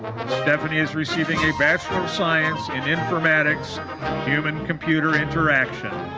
stephanie is receiving a bachelor of science in informatics human computer interaction.